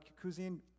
cuisine